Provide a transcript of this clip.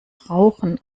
rauchen